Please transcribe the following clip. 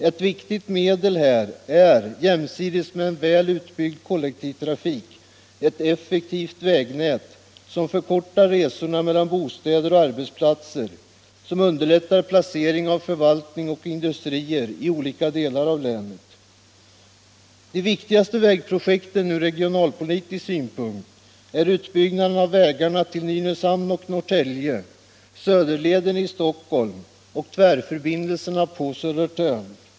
Ett viktigt medel härvidlag är — jämsides med en väl utbyggd kollektivtrafik — ett effektivt vägnät som förkortar resorna mellan bostäder och arbetsplatser och som underlättar placering av förvaltning och industrier i olika delar av länet. De viktigaste vägprojekten ur regionalpolitisk synpunkt är utbyggnaden av vägarna till Nynäshamn och Norrtälje, Söderleden i Stockholm och tvärförbindelserna på Södertörn.